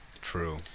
true